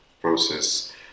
process